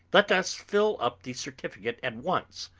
let us fill up the certificate at once,